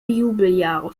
jubeljahre